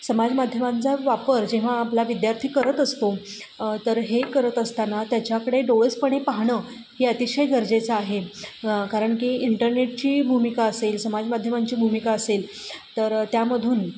समाजमाध्यमांचा वापर जेव्हा आपला विद्यार्थी करत असतो तर हे करत असताना त्याच्याकडे डोळसपणे पाहणं ही अतिशय गरजेचं आहे कारण की इंटरनेटची भूमिका असेल समाजमाध्यमांची भूमिका असेल तर त्यामधून